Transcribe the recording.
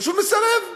פשוט מסרב,